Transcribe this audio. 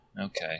Okay